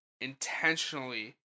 intentionally